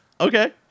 Okay